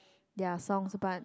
their songs but